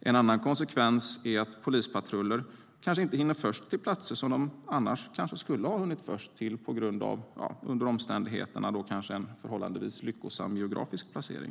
En annan konsekvens är att polispatrullen kanske inte hinner först till platsen, vilket den annars skulle göra, under förutsättning att platsen är förhållandevis lyckosamt placerad rent geografiskt.